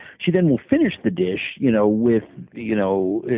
she then will finish the dish you know with you know a